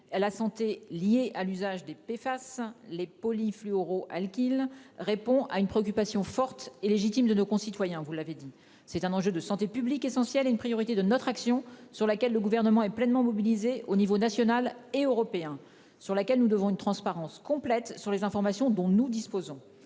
La santé liés à l'usage des P. face les polyfluoroalkylées. Répond à une préoccupation forte et légitime de nos concitoyens. Vous l'avez dit, c'est un enjeu de santé publique essentielle est une priorité de notre action sur laquelle le gouvernement est pleinement mobilisée au niveau national et européen, sur laquelle nous devons une transparence complète sur les informations dont nous disposons.